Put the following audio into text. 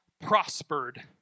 prospered